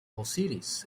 osiris